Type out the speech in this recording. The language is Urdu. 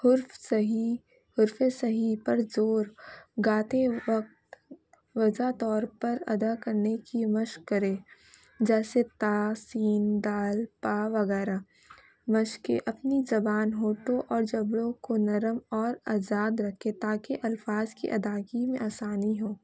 حرف صحیح حرف صحیح پر زور گاتے وقت واضح طور پر ادا کرنے کی مشق کرے جیسے تا سین دال پا وغیرہ مشق اپنی زبان ہونٹوں اور جبڑوں کو نرم اور آزاد رکھے تاکہ الفاظ کی ادائگی میں آسانی ہو